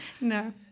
No